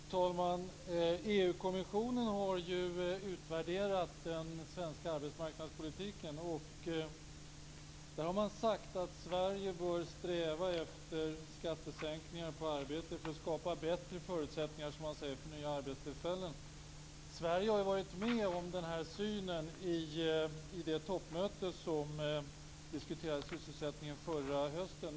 Fru talman! EU-kommissionen har utvärderat den svenska arbetsmarknadspolitiken. Man har sagt att Sverige bör sträva efter skattesänkningar på arbete för att, som man säger, skapa bättre förutsättningar för nya arbetstillfällen. Sverige har varit med om den här synen i det toppmöte som förra hösten diskuterade sysselsättning.